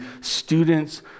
students